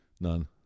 None